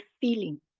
feeling